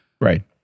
right